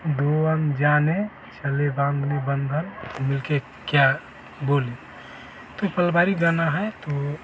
दो अनजाने चले बाँधने बंधन मिल के क्या बोलें तो ये पारिवारिक गाना है तो